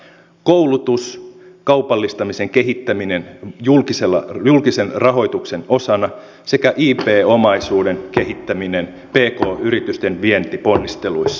koulutus kaupallistamisen kehittäminen julkisen rahoituksen osana sekä ip omaisuuden kehittäminen pk yritysten vientiponnisteluissa